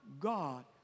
God